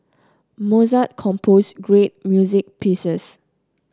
Mozart composed great music pieces